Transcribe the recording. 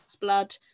blood